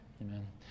Amen